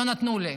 לא נתנו לי.